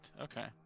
Okay